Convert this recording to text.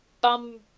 bum